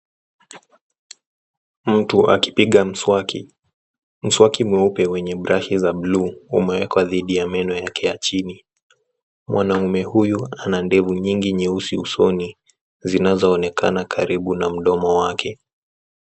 Mtu akipiga mswaki, mswaki mweupe wenye brashi za bluu umewekwa thidi ya meno yake ya chini, mwanaume huyu ana ndevu nyingi nyeusi usoni, zinazoonekana karibu na mdomo wake.